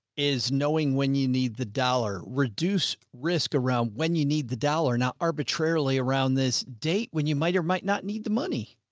is knowing when you need the dollar reduce risk around when you need the dollar. now arbitrarily around this date, when you might or might not need the money,